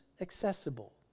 accessible